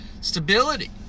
stability